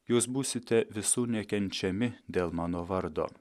jūs būsite visų nekenčiami dėl mano vardo